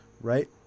Right